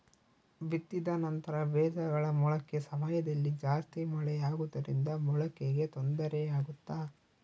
ಬಿತ್ತಿದ ನಂತರ ಬೇಜಗಳ ಮೊಳಕೆ ಸಮಯದಲ್ಲಿ ಜಾಸ್ತಿ ಮಳೆ ಆಗುವುದರಿಂದ ಮೊಳಕೆಗೆ ತೊಂದರೆ ಆಗುತ್ತಾ?